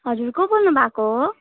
हजुर को बोल्नु भएको हो